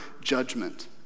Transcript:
judgment